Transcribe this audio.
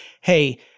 hey